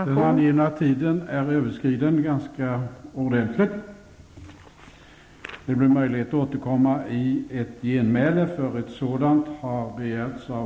Den angivna taletiden är ganska ordentligt överskriden. Det finns möjlighet att återkomma i ett genmäle, eftersom ett sådant har begärts av